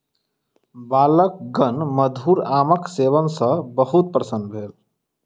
बालकगण मधुर आमक सेवन सॅ बहुत प्रसन्न भेल